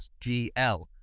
GL